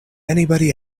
anybody